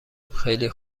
خیلی